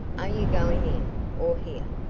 are you going in, or here?